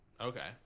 okay